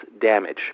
damage